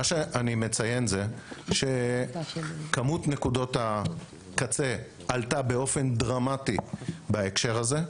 אני מציין שכמות נקודות הקצה עלתה באופן דרמטי בהקשר הזה.